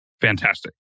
fantastic